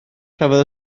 cafodd